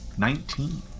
Nineteen